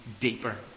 deeper